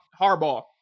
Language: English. harbaugh